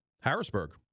Harrisburg—